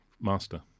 master